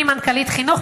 אני מנכ"לית חינוך,